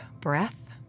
breath